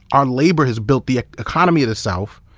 our labor has built the economy of the south,